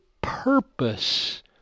purpose